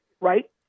right